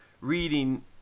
reading